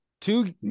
two